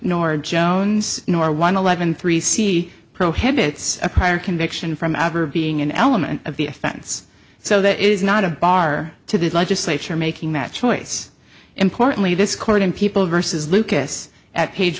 norah jones nor one eleven three c prohibits a prior conviction from ever being an element of the offense so that is not a bar to the legislature making that choice importantly this court in people versus lucas at page